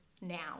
now